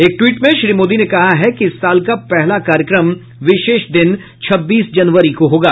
एक ट्वीट में श्री मोदी ने कहा है कि इस साल का पहला कार्यक्रम विशेष दिन छब्बीस जनवरी को होगा